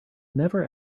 never